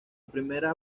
primera